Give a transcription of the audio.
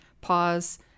Pause